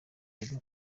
peru